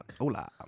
hola